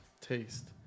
taste